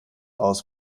aus